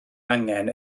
angen